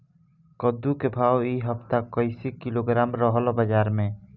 कद्दू के भाव इ हफ्ता मे कइसे किलोग्राम रहल ह बाज़ार मे?